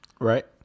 Right